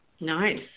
Nice